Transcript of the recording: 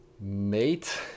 mate